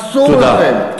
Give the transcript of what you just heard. תודה רבה לך.